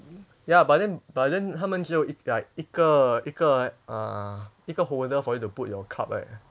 ya but then but then 他们只有一 like 一个一个 uh 一个 holder for you to put your cup right